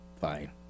fine